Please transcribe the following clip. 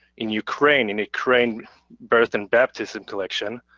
in ukraine in ukraine birth and baptism collection,